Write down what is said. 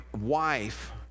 wife